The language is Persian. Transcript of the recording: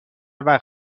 وقت